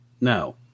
No